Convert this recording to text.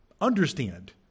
understand